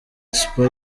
expo